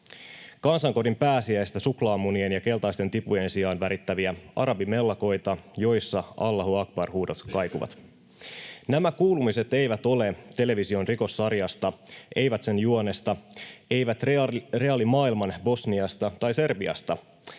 kansankodin pääsiäistä suklaamunien ja keltaisten tipujen sijaan värittäviä arabimellakoita, joissa Allahu akbar -huudot kaikuvat. Nämä kuulumiset eivät ole television rikossarjasta, eivät sen juonesta, eivät reaalimaailman Bosniasta tai Serbiasta,